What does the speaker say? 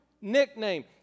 nickname